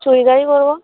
চুড়িদারই পরব